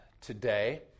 Today